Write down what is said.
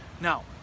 Now